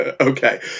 Okay